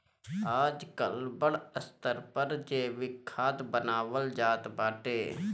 आजकल बड़ स्तर पर जैविक खाद बानवल जात बाटे